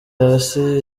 hasi